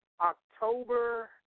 October